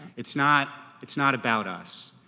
it's not it's not about us.